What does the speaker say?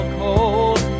cold